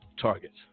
targets